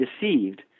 deceived